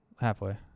Halfway